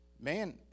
man